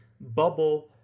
bubble